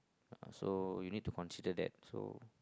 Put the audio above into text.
so you need to consider that so